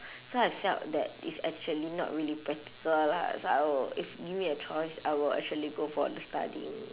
so I felt that it's actually not really practical lah so I will if give me a choice I would actually go for the studying